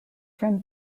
from